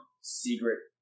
secret